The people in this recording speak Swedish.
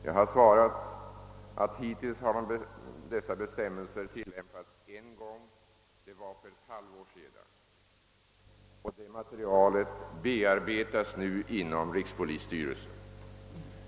Jag har svarat att ifrågavarande bestämmelser hittills har tillämpats en gång, nämligen för ett halvt år sedan, och att detta material nu bearbetas inom rikspolisstyrelsen.